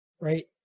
right